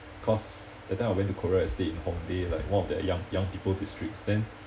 cause that time I went to korea I stayed in hongdae like one of their young young people districts then